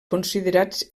considerats